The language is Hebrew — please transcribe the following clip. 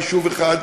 יישוב אחד,